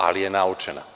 Ali je naučena.